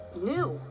new